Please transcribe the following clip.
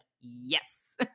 yes